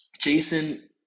Jason